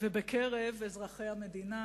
ובקרב אזרחי המדינה.